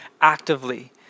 actively